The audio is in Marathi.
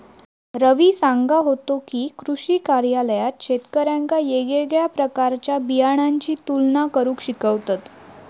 रवी सांगा होतो की, कृषी कार्यालयात शेतकऱ्यांका येगयेगळ्या प्रकारच्या बियाणांची तुलना करुक शिकवतत